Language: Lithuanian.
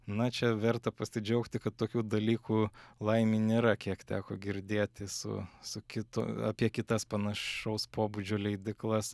na čia verta pasidžiaugti kad tokių dalykų laimei nėra kiek teko girdėti su su kitu apie kitas panašaus pobūdžio leidyklas